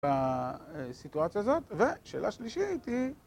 בסיטואציה הזאת. ושאלה שלישית היא